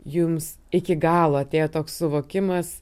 jums iki galo atėjo toks suvokimas